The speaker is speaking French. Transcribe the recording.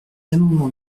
amendements